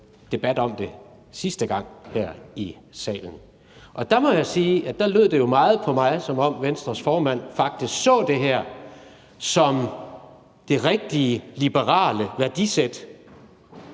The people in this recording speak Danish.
debat om det sidste gang her i salen. Og der må jeg sige, at der lød det jo på mig meget, som om Venstres formand faktisk så det her som det rigtige liberale værdisæt.